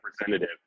representative